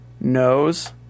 knows